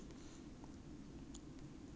my pocket money one week fifty dollars only